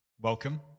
Welcome